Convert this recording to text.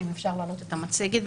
אם אפשר להעלות את המצגת,